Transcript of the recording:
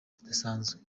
zidasanzwe